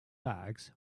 bags